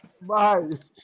Bye